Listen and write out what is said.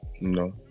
No